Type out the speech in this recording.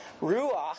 Ruach